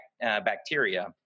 bacteria